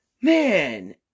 Man